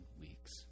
weeks